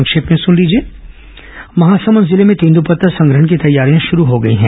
संक्षिप्त समाचार महासमुंद जिले में तेंदूपत्ता संग्रहण की तैयारियां शुरू हो गई हैं